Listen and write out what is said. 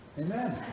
Amen